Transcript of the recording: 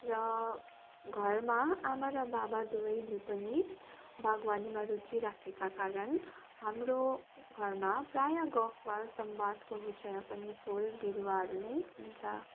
र घरमा आमा र बाबा दुवैले पनि बागवानीमा रुचि राखेका कारण हाम्रो घरमा प्राय गफ वा सम्वादको विषय पनि फुल बिरुवाहरू नै हुन्छ